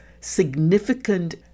significant